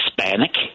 Hispanic